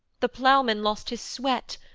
the ploughman lost his sweat,